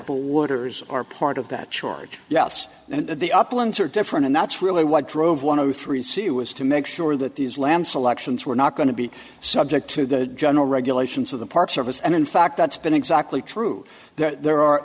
wooders are part of that charge yes and the uplands are different and that's really what drove one of the three see was to make sure that these land selections were not going to be subject to the general regulations of the park service and in fact that's been exactly true there are there are